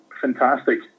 fantastic